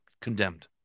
condemned